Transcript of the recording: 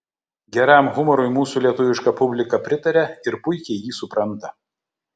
geram humorui mūsų lietuviška publika pritaria ir puikiai jį supranta